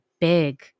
big